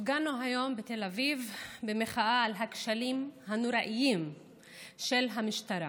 הפגנו היום בתל אביב במחאה על הכשלים הנוראיים של המשטרה,